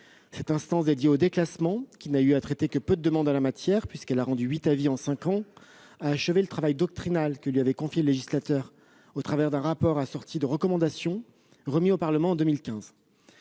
Cette instance dédiée au déclassement, qui n'a eu à traiter que peu de demandes en la matière puisqu'elle a rendu huit avis en cinq ans, a achevé le travail doctrinal que lui avait confié le législateur. Ce travail s'est matérialisé par l'élaboration d'un rapport assorti de recommandations, remis au Parlement en 2015.